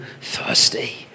thirsty